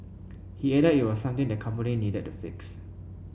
he added it was something the company needed to fix